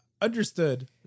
understood